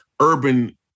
urban